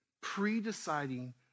pre-deciding